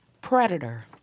predator